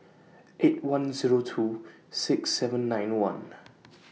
eight one Zero two six seven nine one